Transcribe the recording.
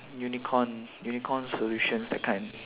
unicorn unicorn solutions that kind